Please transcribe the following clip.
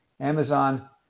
Amazon